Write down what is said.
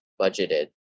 budgeted